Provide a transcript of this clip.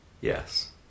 yes